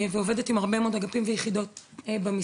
ועובדת עם הרבה מאוד אגפים ויחידות במשרה.